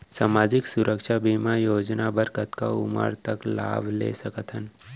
सामाजिक सुरक्षा बीमा योजना बर कतका उमर तक लाभ ले सकथन?